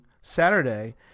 Saturday